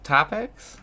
Topics